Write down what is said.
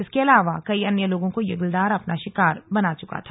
इसके अलावा कई अन्य लोगों को यह गुलदार अपना शिकार बना चुका था